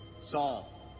Saul